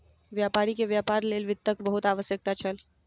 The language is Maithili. व्यापारी के व्यापार लेल वित्तक बहुत आवश्यकता छल